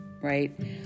right